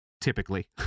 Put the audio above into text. typically